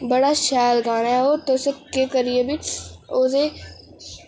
बड़ा शैल गाना ओह् तुस इक्क इक्क करियै बी ओह्दे